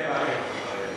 אין בחינוך החרדי.